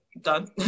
done